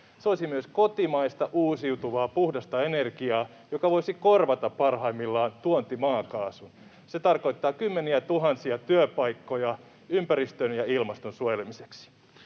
Se olisi myös kotimaista uusiutuvaa puhdasta energiaa, joka voisi korvata parhaimmillaan tuontimaakaasun. Se tarkoittaa kymmeniätuhansia työpaikkoja ympäristön ja ilmaston suojelemiseksi.